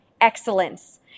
excellence